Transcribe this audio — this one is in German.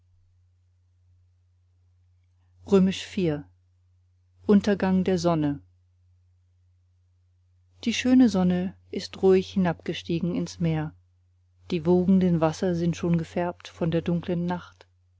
untergang der sonne die schöne sonne ist ruhig hinabgestiegen ins meer die wogenden wasser sind schon gefärbt von der dunkeln nacht